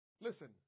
Listen